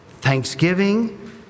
thanksgiving